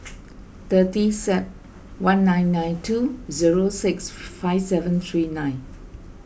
thirty Sep one nine nine two zero six five seven three nine